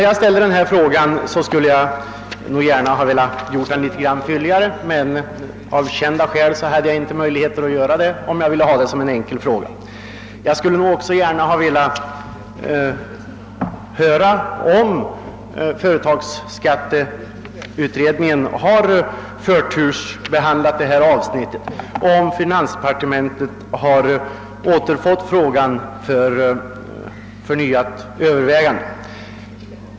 Jag skulle gärna ha velat göra min fråga litet fylligare, men av kända skäl hade jag inte möjlighet till det, om jag ville framställa en enkel fråga. Jag skulle också gärna ha velat höra om företagsskatteutredningen har förtursbehandlat detta avsnitt och om finansdepartementet har återfått frågan för förnyat övervägande.